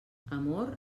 amor